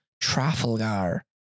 Trafalgar